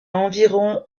environ